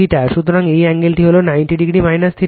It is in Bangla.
সুতরাং এই অ্যাঙ্গেলটি হলো 90o θ